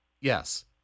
Yes